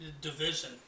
division